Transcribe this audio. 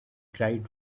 cried